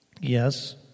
Yes